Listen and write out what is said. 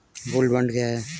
Gold bond क्या है?